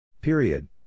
Period